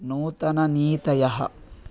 नूतननीतयः